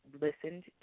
listened